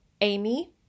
Amy